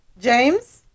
James